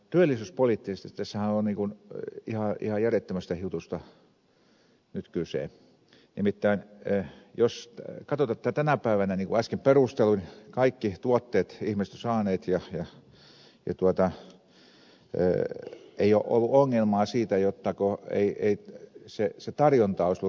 työllisyyspoliittisestihan tässä on ihan järjettömästä jutusta nyt kyse nimittäin jos katsotaan että tänä päivänä niin kuin äsken perustelin kaikki tuotteet ihmiset ovat saaneet ja ei ole ollut ongelmaa siitä jotta ei tarjonta olisi ollut riittävää